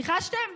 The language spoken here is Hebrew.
ניחשתם?